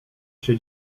się